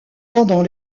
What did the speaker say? pendant